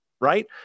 right